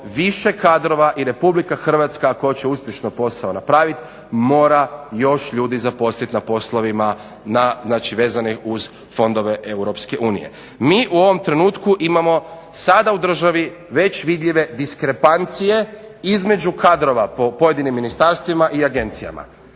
više kadrova i Republika Hrvatska ako hoće uspješno posao napravili mora još ljudi zaposlit na poslovima vezanim uz fondove Europske unije. Mi u ovom trenutku imamo sada u državi već vidljive diskrepancije između kadrova po pojedinim ministarstvima i agencijama.